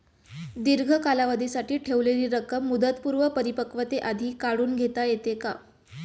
दीर्घ कालावधीसाठी ठेवलेली रक्कम मुदतपूर्व परिपक्वतेआधी काढून घेता येते का?